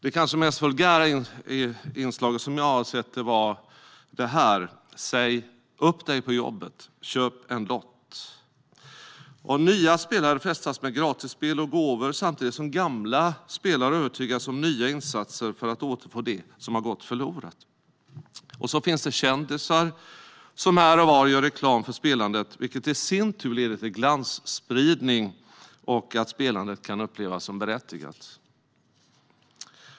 Det kanske mest vulgära inslag som jag har sett är: Säg upp dig på jobbet - köp en lott! Nya spelare frestas med gratisspel och gåvor samtidigt som gamla spelare övertygas om nya insatser för att återfå det som har gått förlorat. Kändisar gör här och var reklam för spelandet, vilket i sin tur leder till glansspridning och till att spelandet kan upplevas som berättigat.